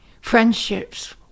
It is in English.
friendships